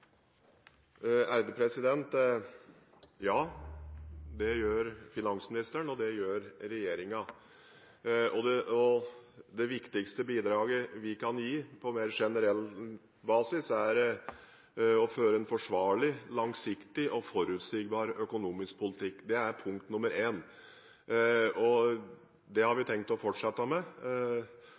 Ja, det gjør finansministeren, og det gjør regjeringen. Det viktigste bidraget vi kan gi på mer generell basis, er å føre en forsvarlig, langsiktig og forutsigbar økonomisk politikk. Det er punkt nummer én, og det har vi tenkt å fortsette med.